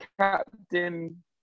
captain